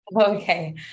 Okay